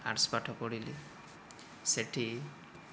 arts ପାଠ ପଢ଼ିଲି ସେଇଠି